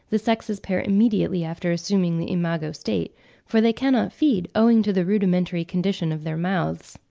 the sexes pair immediately after assuming the imago state for they cannot feed, owing to the rudimentary condition of their mouths.